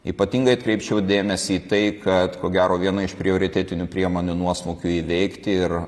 ypatingai atkreipčiau dėmesį į tai kad ko gero viena iš prioritetinių priemonių nuosmukiui įveikti ir